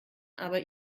aber